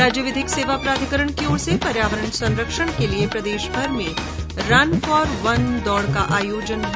राज्य विधिक सेवा प्राधिकरण की ओर से पर्यावरण संरक्षण के लिये आज प्रदेशभर में रन फोर वन दौड का आयोजन किया गया